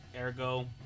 Ergo